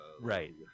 Right